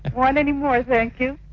and want any more, thank you.